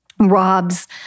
Rob's